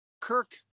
Kirk